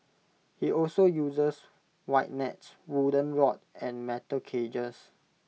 he also uses wide nets wooden rod and metal cages